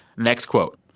next quote,